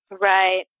Right